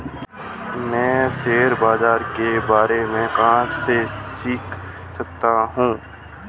मैं शेयर बाज़ार के बारे में कहाँ से सीख सकता हूँ?